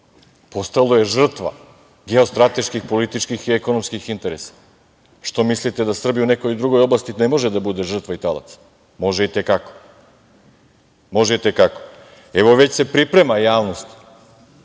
postalo je žrtva geostrateških, političkih i ekonomskih interesa. Što mislite da Srbiju u nekoj drugoj oblasti ne može da bude žrtva i talac, može i te kako. Može i te kako. Evo već se priprema javnost